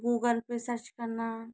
Google पर search करना